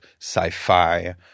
sci-fi